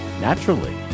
Naturally